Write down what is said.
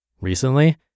Recently